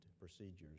procedures